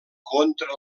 contra